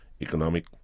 economic